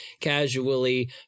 casually